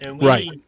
right